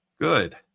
Good